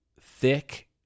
thick